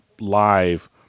live